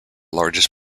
largest